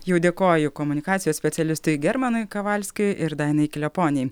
jau dėkoju komunikacijos specialistui germanui kavalskiui ir dainai kleponei